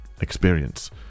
experience